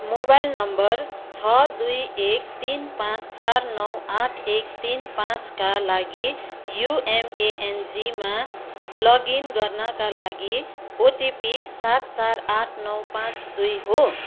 mobile number छ दुई एक तिन पाँच चार नौ आठ एक तिन पाँचका लागि युएमएएनजीमा लगइन गर्नाका लागि ओटिपी सात चार आठ नौ पाँच दुई हो